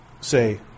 say